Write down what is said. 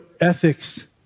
ethics